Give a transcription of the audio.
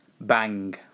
Bang